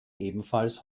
ebenfalls